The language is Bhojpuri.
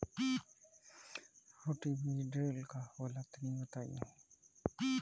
रोटो बीज ड्रिल का होला तनि बताई?